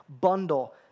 bundle